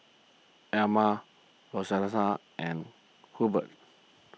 Erma Rosetta and Hurbert